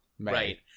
Right